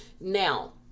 Now